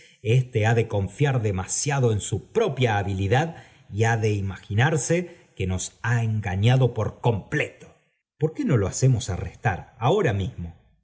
éste ha de confiar demasiado en su propia habilidad y ha de imaginarse que nos ha engallado por completo por qué no lo hacemos arrestar ahora mismo